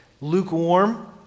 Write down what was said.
lukewarm